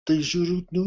tai žiūriu nu